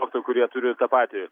mokytojų kurie turi tą patį